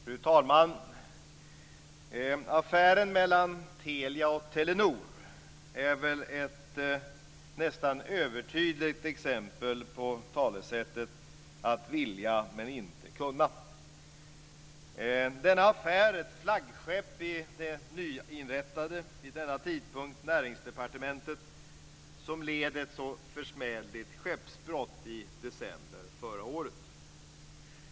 Fru talman! Affären mellan Telia och Telenor är väl ett nästan övertydligt exempel på talesättet att vilja men inte kunna. Denna affär, ett flaggskepp i det vid denna tidpunkt nyinrättade Näringsdepartementet, led ett försmädligt skeppsbrott i december förra året.